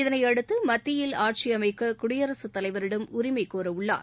இதனையடுத்து மத்தியில் ஆட்சியமைக்க குடியரசுத்தலைவரிடம் உரிமைகோரவுள்ளார்